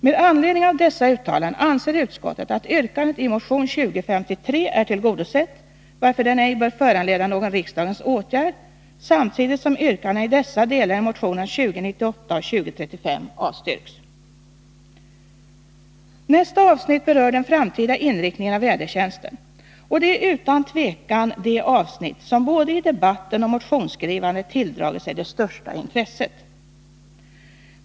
Med anledning av dessa uttalanden anser utskottet att yrkandet i motion 2053 är tillgodosett, varför det ej bör föranleda någon riksdagens åtgärd. Samtidigt avstyrks yrkandena i dessa delar i motionerna 2098 och 2035. Nästa avsnitt berör den framtida inriktningen av vädertjänsten. Det är utan tvekan det avsnitt som i både debatten och motionsskrivandet tilldragit sig det största intresset.